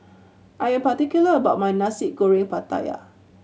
I am particular about my Nasi Goreng Pattaya